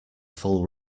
full